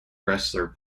wrestler